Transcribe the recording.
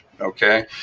Okay